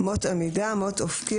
"מוט עמידה" מוט אופקי,